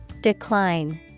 Decline